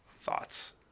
thoughts